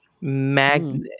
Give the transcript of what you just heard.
magnet